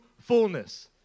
fullness